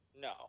No